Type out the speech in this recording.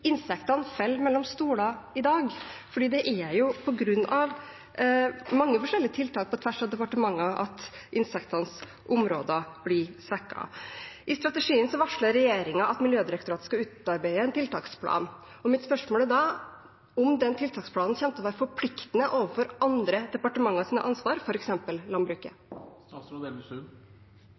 mellom stoler i dag. Det er jo på grunn av mange forskjellige tiltak på tvers av departementer at insektenes områder blir svekket. I strategien varsler regjeringen at Miljødirektoratet skal utarbeide en tiltaksplan. Mitt spørsmål er da: Kommer den tiltaksplanen til å være forpliktende for andre departementers ansvar,